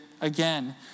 again